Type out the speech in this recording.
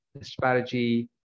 strategy